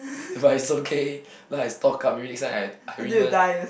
but it's okay now I stock up maybe next time I I win one